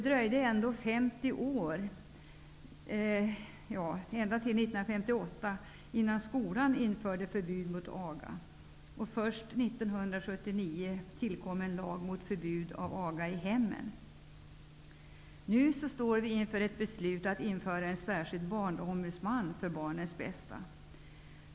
Det dröjde ända till Nu står vi inför ett beslut om att införa en särskild Barnombudsman, för barnens bästa.